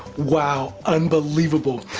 wow unbelievable.